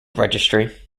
registry